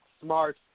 smart